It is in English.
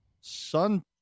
sun